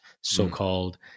so-called